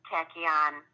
Tachyon